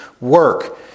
work